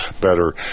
better